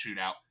shootout